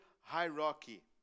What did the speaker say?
hierarchy